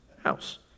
house